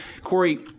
Corey